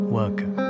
worker